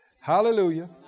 Hallelujah